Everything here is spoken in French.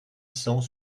cent